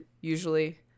Usually